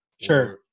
Sure